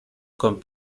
con